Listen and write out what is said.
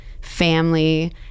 family